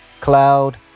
cloud